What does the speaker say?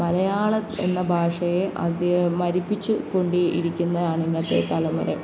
മലയാളം എന്ന ഭാഷയെ അതി മരിപ്പിച്ച് കൊണ്ടിരിക്കുന്നതാണ് ഇന്നത്തെ തലമുറ